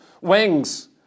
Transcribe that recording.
wings